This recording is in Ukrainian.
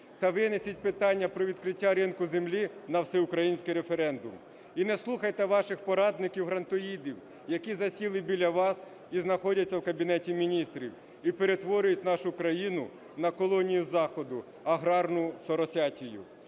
та винесіть питання про відкриття ринку землі на всеукраїнських референдум. І не слухайте ваших порадників, "грантоїдів", які засіли біля вас і знаходяться в Кабінеті Міністрів, і перетворюють нашу країну на колонію Заходу – "аграрну соросятію".